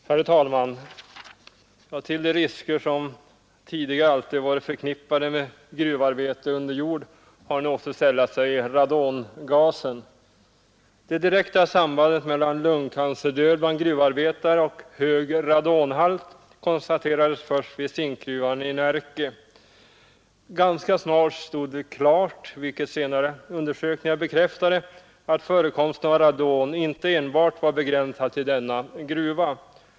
Herr talman! Till de risker som tidigare alltid har varit förknippade med gruvarbete under jord har nu sällat sig radongasen. Det direkta sambandet mellan lungcancerdöd bland gruvarbetare och hög radonhalt konstaterades först vid zinkgruvan i Närke. Ganska snart stod det klart vilket senare undersökningar bekräftade — att förekomsten av radon inte enbart var begränsad till denna gruva.